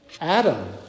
Adam